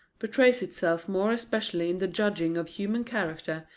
betrays itself more especially in the judging of human character,